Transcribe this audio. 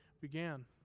began